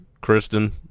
Kristen